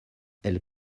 elles